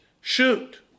shoot